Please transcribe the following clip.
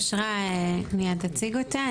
אושרה מיד תציג אותה.